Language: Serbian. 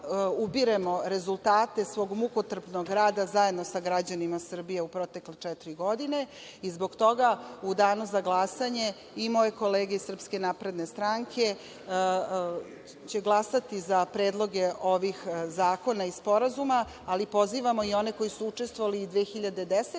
ubiremo rezultate svog mukotrpnog rada zajedno sa građanima Srbije u protekle četiri godine. Zbog toga, u danu za glasanje i moje kolege iz SNS će glasati za predloge ovih zakona i sporazuma, ali pozivamo i one koji su učestvovali i 2010.